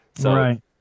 Right